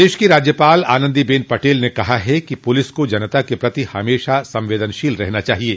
प्रदेश की राज्यपाल आनन्दीबेन पटेल ने कहा है कि पुलिस को जनता के प्रति हमेशा संवेदनशील रहना चाहिये